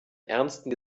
ernsten